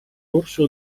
orso